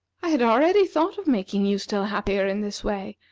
i had already thought of making you still happier in this way,